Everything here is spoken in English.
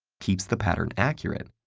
keeps the pattern accurate,